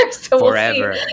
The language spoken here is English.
forever